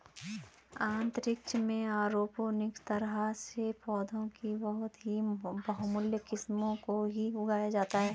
अंतरिक्ष में एरोपोनिक्स तरह से पौधों की बहुत ही बहुमूल्य किस्मों को ही उगाया जाता है